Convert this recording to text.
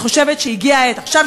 עכשיו,